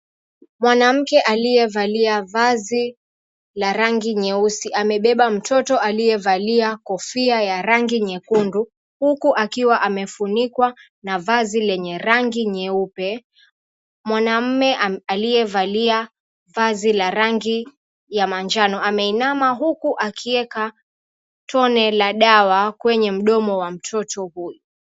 Mwanamke aliyevalia vazi la rangi nyeusi, amebeba mtoto aliyevalia kofia ya rangi nyekundu huku akiwa amefunikwa na vazi lenye rangi nyeupe. Mwanaume aliyevalia vazi la rangi ya manjano ameinama huku akieka tone la dawa kwenye mdomo wa mtoto huyu.